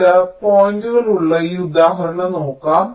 ചില പോയിന്റുകൾ ഉള്ള ഈ ഉദാഹരണം നോക്കാം